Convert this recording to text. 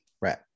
Right